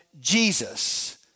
Jesus